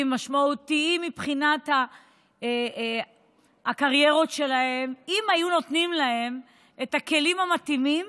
משמעותיים מבחינת הקריירות שלהם אם היו נותנים להם את הכלים המתאימים